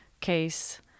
case